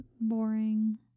boring